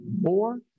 more